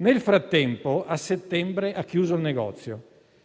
nel frattempo, a settembre ha chiuso il negozio.